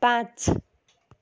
पाँच